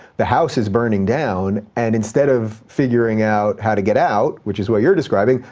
the house is burning down, and instead of figuring out how to get out, which is what you're describing,